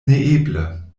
neeble